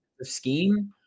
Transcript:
scheme